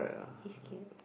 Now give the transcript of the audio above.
he is cute